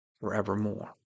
forevermore